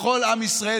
לכל עם ישראל,